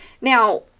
Now